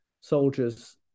soldiers